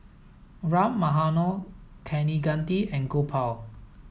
Ram Manohar Kaneganti and Gopal